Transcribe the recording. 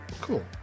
cool